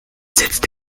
sitzt